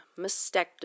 mastectomy